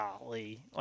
golly